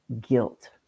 guilt